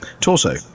torso